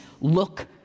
look